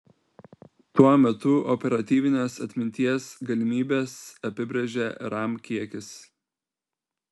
tuo metu operatyvinės atminties galimybes apibrėžia ram kiekis